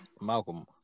Malcolm